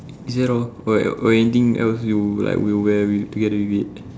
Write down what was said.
is it all got got anything else you would like you will wear with together with it